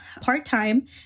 part-time